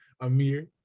Amir